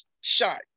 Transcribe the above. shot